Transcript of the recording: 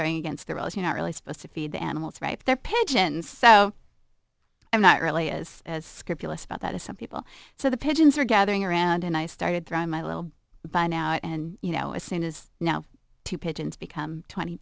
going against their will is you know really supposed to feed the animals right there pigeons so i'm not really is as scrupulous about that as some people so the pigeons are gathering around and i started through my little by now and you know a saint is now to pigeons become twenty